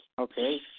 Okay